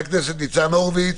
ניצן הורביץ.